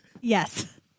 Yes